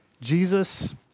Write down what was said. Jesus